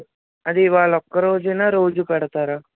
అది ఇవాళ ఒక్కరోజేనా రోజూ పెడతారా